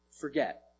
forget